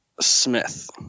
Smith